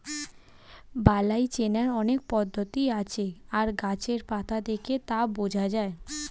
বালাই চেনার অনেক পদ্ধতি আছে আর গাছের পাতা দেখে তা বোঝা যায়